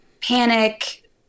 panic